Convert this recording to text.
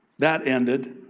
that ended.